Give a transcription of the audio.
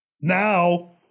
Now